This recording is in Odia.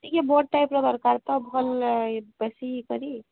ଟିକେ ବଡ଼ ଟାଇପ୍ର ଦରକାର ତ ଭଲ୍ ବେଶୀ କରି